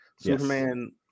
Superman